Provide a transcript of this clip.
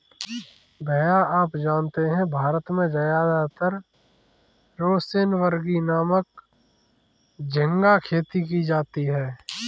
भैया आप जानते हैं भारत में ज्यादातर रोसेनबर्गी नामक झिंगा खेती की जाती है